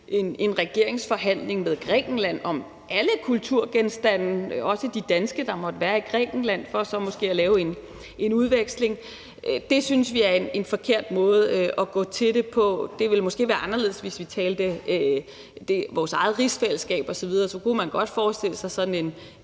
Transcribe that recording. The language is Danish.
en regeringsforhandling med Grækenland om alle kulturgenstande, også de danske, der måtte være i Grækenland, for så måske at lave en udveksling. Det synes vi er en forkert måde at gå til det på. Det ville måske være anderledes, hvis det handlede om vores eget rigsfællesskab osv.; så kunne man godt forestille sig sådan en